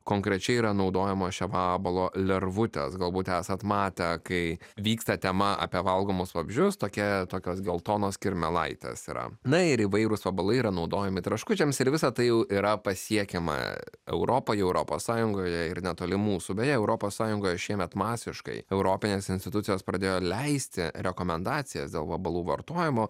konkrečiai yra naudojama šio vabalo lervutės galbūt esat matę kai vyksta tema apie valgomus vabzdžius tokia tokios geltonos kirmėlaitės yra na ir įvairūs vabalai yra naudojami traškučiams ir visa tai jau yra pasiekiama europoje europos sąjungoje ir netoli mūsų beje europos sąjungoje šiemet masiškai europinės institucijos pradėjo leisti rekomendacijas dėl vabalų vartojimo